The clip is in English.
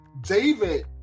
David